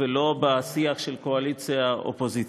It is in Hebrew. ולא בשיח של קואליציה אופוזיציה.